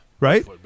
Right